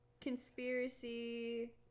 conspiracy